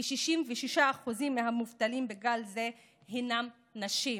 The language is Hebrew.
כ-66% מהמובטלים בגל זה הם נשים.